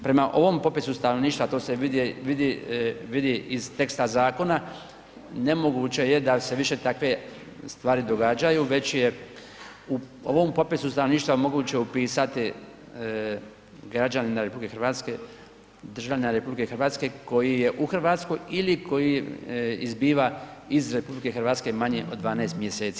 Prema ovom popisu stanovništva, to se vidi, vidi iz teksta zakona nemoguće je da se više takve stvari događaju već je u ovom popisu stanovništva moguće upisati građanina RH, državljanina RH koji je u Hrvatskoj ili koji izbiva iz RH manje od 12 mjeseci.